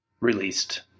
released